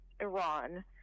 Iran